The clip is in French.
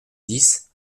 dix